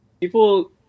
people